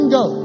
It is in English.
go